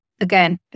again